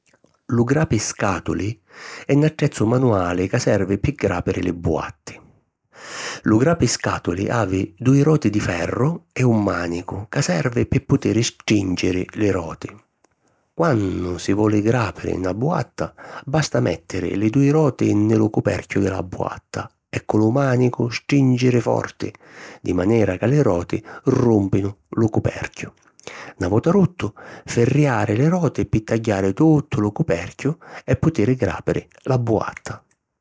Lu grapi scàtuli è 'n attrezzu manuali ca servi pi gràpiri li buatti. Lu grapi scàtuli havi dui roti di ferru e un mànicu ca servi pi putiri strìnciri li roti. Quannu si voli gràpiri na buatta, basta mèttiri li dui roti nni lu cuperchiu di la buatta e cu lu mànicu strìnciri forti di manera ca li roti rùmpinu lu cuperchiu. Na vota ruttu, firriari li roti pi tagghiari tuttu lu cuperchiu e putiri gràpiri la buatta.